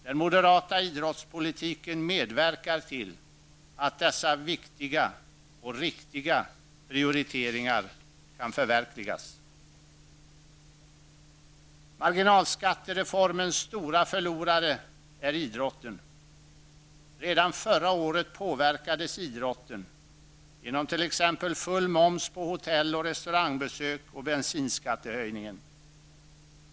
Den moderata idrottspolitiken medverkar till att dessa viktiga och riktiga prioriteringar kan förverkligas. Marginalskattereformens stora förlorare är idrotten. Redan förra året påverkades idrotten genom t.ex. full moms på hotell och restaurangbesök och bensinskattehöjningen.